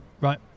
right